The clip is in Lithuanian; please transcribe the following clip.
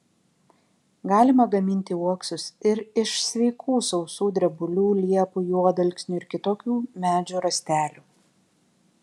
galima gaminti uoksus ir iš sveikų sausų drebulių liepų juodalksnių ir kitokių medžių rąstelių